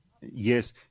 Yes